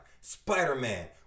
Spider-Man